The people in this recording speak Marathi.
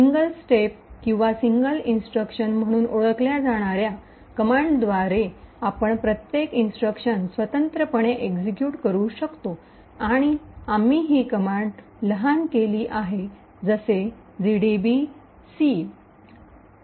सिंगल स्टेप किंवा सिंगल इंस्ट्रक्शन म्हणून ओळखल्या जाणार्या कमांडद्वारे आपण प्रत्येक इंस्ट्रक्शन स्वतंत्रपणे एक्सिक्यूट करू शकू आणि आम्ही ही कमांड लहान केली आहे जसे जीडीबीसी gdb si